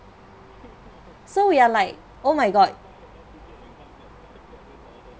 so we are like oh my god